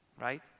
Right